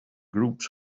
groups